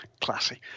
Classy